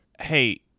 hey